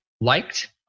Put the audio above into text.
liked